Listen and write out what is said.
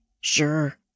Sure